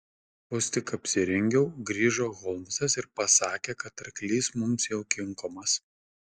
vos tik apsirengiau grįžo holmsas ir pasakė kad arklys mums jau kinkomas